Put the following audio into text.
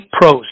pros